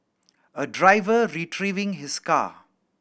a driver retrieving his car